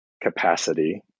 capacity